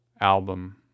album